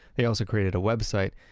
they also created a website,